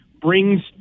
brings